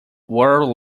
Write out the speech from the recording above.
world